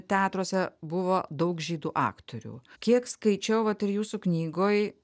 teatruose buvo daug žydų aktorių kiek skaičiau vat ir jūsų knygoj